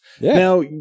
Now